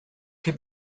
can